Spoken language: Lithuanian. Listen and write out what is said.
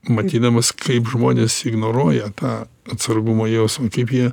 matydamas kaip žmonės ignoruoja tą atsargumo jausmą kaip jie